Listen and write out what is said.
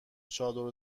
چادر